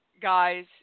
guys